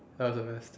that was the best